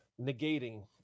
negating